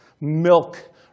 Milk